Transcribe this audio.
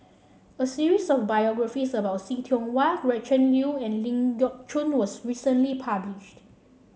a series of biographies about See Tiong Wah Gretchen Liu and Ling Geok Choon was recently published